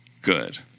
good